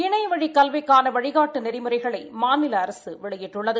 இணையவழிக் கல்விக்கான வழிகாட்டு நெறிமுறைகளை மாநில அரசு வெளியிட்டுள்ளது